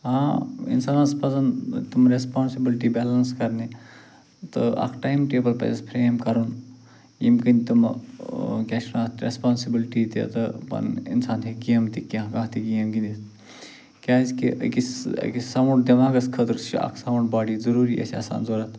آ انسانس پزن تِم ریسپانسِبٕلِٹی بیلنس کرنہِ تہٕ اکھ ٹایم ٹیبٕل پزٮ۪س فرٛیم کرُن ییٚمہِ کٔنۍ تِمہٕ کیٛاہ چھِ ونان اتھ ریسپانسِبٕلِٹی تہِ تہٕ پنُن انسان تہِ ہٮ۪کہِ کِم کینٛہہ کانٛہہ تہِ گیم گِندِتھ کیٛازِ کہِ أکِس أکِس ساونڈ دٮ۪ماغس خٲطرٕ چھُ اکھ ساونڈ باڈی ضٔروری اسہِ آسان ضوٚرتھ